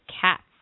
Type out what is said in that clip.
cats